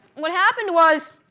what happened was,